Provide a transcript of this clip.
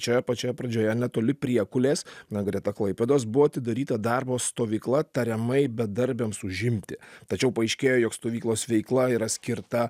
čia pačioje pradžioje netoli priekulės na greta klaipėdos buvo atidaryta darbo stovykla tariamai bedarbiams užimti tačiau paaiškėjo jog stovyklos veikla yra skirta